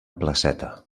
placeta